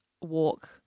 walk